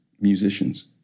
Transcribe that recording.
musicians